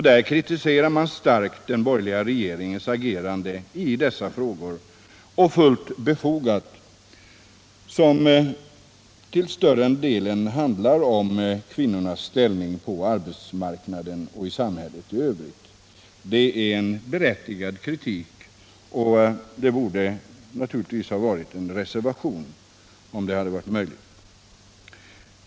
Där kritiserar man starkt den borgerliga regeringens agerande i dessa frågor — och det är fullt befogat — som till större delen handlar om kvinnornas ställning på arbetsmarknaden och i samhället i övrigt. Det är en berättigad kritik, och den borde naturligtvis ha tagit sig uttryck i en reservation om det hade varit möjligt.